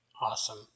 Awesome